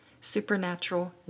supernatural